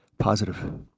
positive